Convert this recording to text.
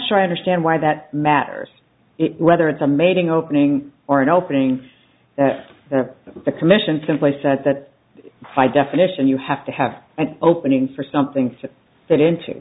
sure i understand why that matters it whether it's amazing opening or an opening the commission simply said that by definition you have to have an opening for something so that into